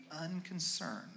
unconcerned